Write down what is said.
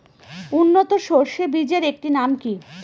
উন্নত সরষে বীজের একটি নাম কি?